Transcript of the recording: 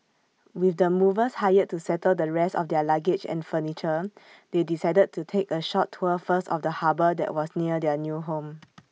with the movers hired to settle the rest of their luggage and furniture they decided to take A short tour first of the harbour that was near their new home